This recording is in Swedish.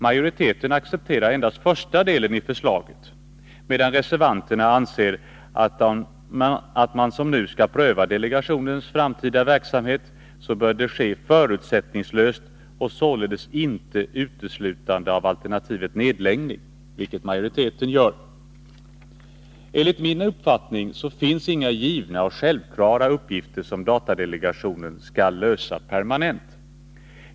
Majoriteten accepterar endast första delen i förslaget, medan reservanterna menar att om man nu skall pröva delegationens framtida verksamhet bör det ske förutsättningslöst. Således bör man inte utesluta alternativet nedläggning, vilket majoriteten gör. Enligt min uppfattning finns det inga givna och självklara uppgifter som datadelegationen skall lösa permanent.